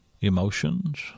emotions